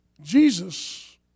Jesus